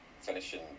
finishing